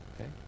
Okay